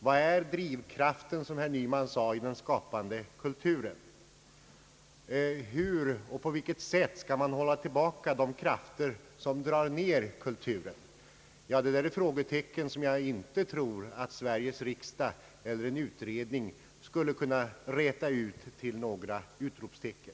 Vad är drivkraften, som herr Nyman sade, inom den skapande kulturen? Det är frågetecken som jag inte tror att Sveriges riksdag eller en utredning skulle kunna räta ut till några utropstecken.